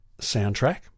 soundtrack